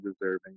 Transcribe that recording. deserving